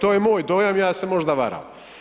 To je moj dojam, ja se možda varam.